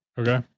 Okay